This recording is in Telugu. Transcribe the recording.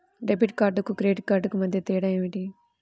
డెబిట్ కార్డుకు క్రెడిట్ కార్డుకు మధ్య తేడా ఏమిటీ?